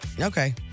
Okay